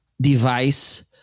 device